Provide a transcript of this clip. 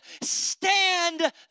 stand